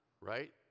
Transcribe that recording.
right